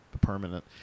permanent